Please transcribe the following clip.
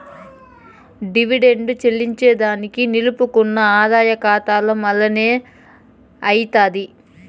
dividend చెల్లింజేదానికి నిలుపుకున్న ఆదాయ కాతాల మల్లనే అయ్యితాది